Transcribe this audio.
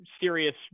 serious